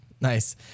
Nice